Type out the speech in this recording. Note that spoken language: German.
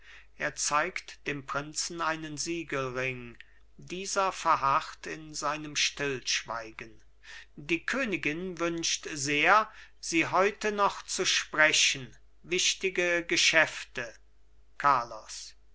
er zeigt dem prinzen einen siegelring dieser verharrt in seinem stillschweigen die königin wünscht sehr sie heute noch zu sprechen wichtige geschäfte carlos